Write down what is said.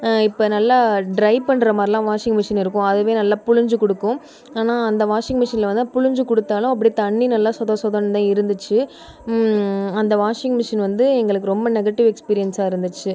இப்போ நல்லா ட்ரை பண்ணுற மாரில்லா வாஷிங் மிஷின் இருக்கும் அதுவே நல்லா புழுஞ்சி கொடுக்கும் ஆனால் அந்த வாஷிங் மிஷினில் வந்து புளிஞ்சி கொடுத்தாலும் அப்படியே தண்ணி நல்லா சொத சொதன்னு தான் இருந்துச்சு அந்த வாஷிங் மிஷின் வந்து எங்களுக்கு ரொம்ப நெகட்டிவ் எக்ஸ்பிரியன்ஸாக இருந்துச்சு